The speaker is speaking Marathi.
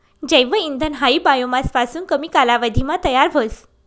जैव इंधन हायी बायोमास पासून कमी कालावधीमा तयार व्हस